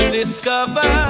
discover